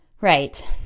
Right